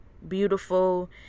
beautiful